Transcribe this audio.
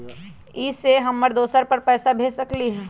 इ सेऐ हम दुसर पर पैसा भेज सकील?